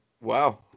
wow